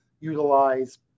utilize